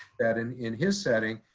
that and in his setting,